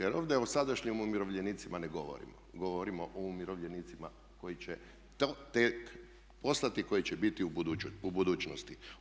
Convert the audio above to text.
Jer ovdje o sadašnjim umirovljenicima ne govorimo, govorimo o umirovljenicima koji će to tek postati i koji će biti u budućnosti.